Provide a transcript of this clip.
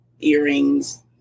earrings